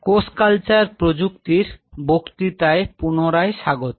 কোষ কালচার প্রযুক্তির বক্তৃতায় পুনরায় স্বাগত